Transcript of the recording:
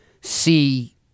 see